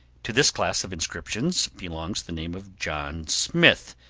to this class of inscriptions belongs the name of john smith,